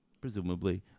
presumably